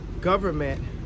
government